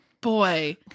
Boy